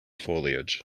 foliage